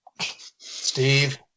Steve